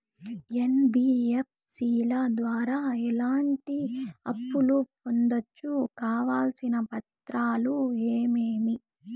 NBFC ల ద్వారా ఎట్లాంటి అప్పులు పొందొచ్చు? కావాల్సిన పత్రాలు ఏమేమి?